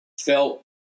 felt